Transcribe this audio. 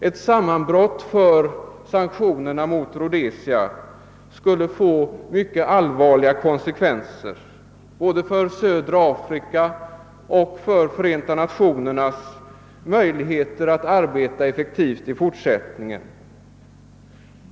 Ett sammanbrott för sanktionerna mot Rhodesia skulle få mycket allvarliga konsekvenser, både för södra Afrika och för Förenta Nationernas möjligheter att arbeta effektivt i fortsättningen.